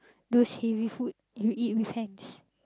those heavy food you eat with hands